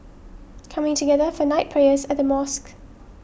coming together for night prayers at the Mosque